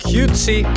Cutesy